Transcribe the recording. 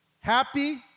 happy